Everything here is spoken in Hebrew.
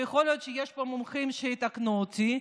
ויכול להיות שיש פה מומחים שיתקנו אותי,